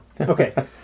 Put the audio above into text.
Okay